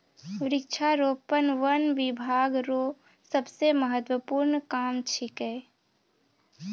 वृक्षारोपण वन बिभाग रो सबसे महत्वपूर्ण काम छिकै